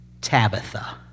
Tabitha